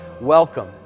welcome